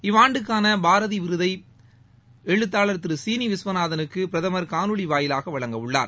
இவ்வாண்டுக்கான பாரதி விருதை பிரதமர் எழுத்தாளர் திரு சீளி விஸ்வநாதனுக்கு காணொலி வாயிலாக வழங்கவுள்ளார்